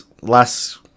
last